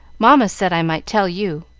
mamma said i might tell you,